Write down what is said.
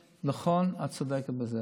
נכון, את צודקת בזה,